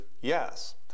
yes